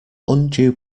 undue